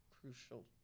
crucial